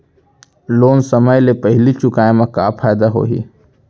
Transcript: Loan समय ले पहिली चुकाए मा का फायदा होही?